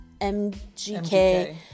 MGK